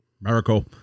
miracle